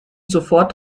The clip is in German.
sofort